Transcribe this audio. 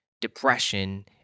depression